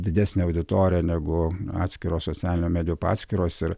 didesnę auditoriją negu atskiros socialinių medijų paskyros ir